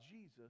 Jesus